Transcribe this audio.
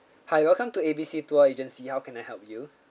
hi welcome to A B C tour agency how can I help you